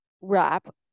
wrap